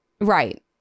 right